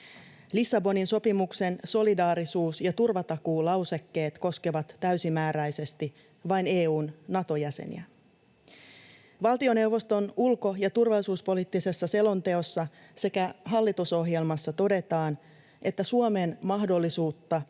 Lissabonin sopimuksen solidaarisuus- ja turvatakuulausekkeet koskevat täysimääräisesti vain EU:n Nato-jäseniä. Valtioneuvoston ulko- ja turvallisuuspoliittisessa selonteossa sekä hallitusohjelmassa todetaan, että Suomen mahdollisuutta